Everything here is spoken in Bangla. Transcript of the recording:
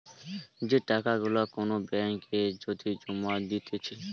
যে টাকা গুলা কোন ব্যাঙ্ক এ যদি জমা দিতেছে